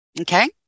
Okay